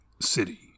city